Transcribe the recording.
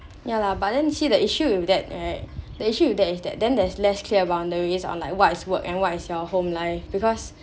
ya lah but then see the issue with that right the issue with that is that then there's less clear boundaries on like what's work and what is your home life because